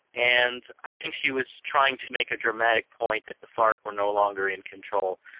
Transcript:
and i think she was trying to make a dramatic point that the farc were no longer in control,